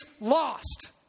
lost